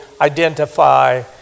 identify